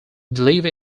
believe